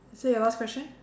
so your last question